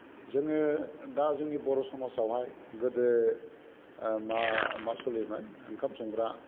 जोङो दा जोंनि बर' समाजावहाय गोदो मा सलियोमोन ओंखाम संग्रा